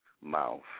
mouth